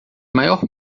maior